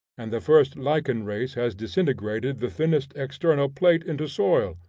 and the first lichen race has disintegrated the thinnest external plate into soil,